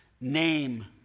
name